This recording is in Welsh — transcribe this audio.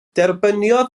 derbyniodd